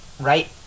right